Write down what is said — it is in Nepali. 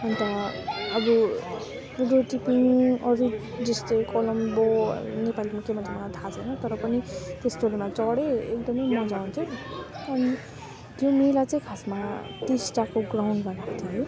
अन्त अब रोटिपिङ अरू जस्तै कोलोम्बो नेपालीमा के भन्छ मलाई थाहा छैन तर पनि त्यस्तोहरूमा चढेँ एकदमै मजा आउँथ्यो अनि त्यो मेला चाहिँ खासमा टिस्टाको ग्राउन्डमा लाग्थ्यो है